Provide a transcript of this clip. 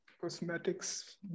cosmetics